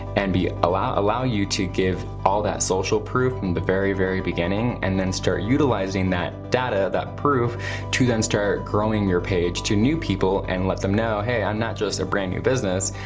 and allow allow you to give all that social proof from the very, very beginning, and then start utilizing that data, that proof to then start growing your page to new people and let them know, hey, i'm not just a brand new business,